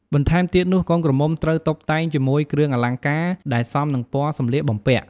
បន្ថែមទៀតនុះកូនក្រមុំត្រូវតុបតែងជាមួយគ្រឿងអលង្ការដែលសមនឹងពណ៌សម្លៀកបំពាក់។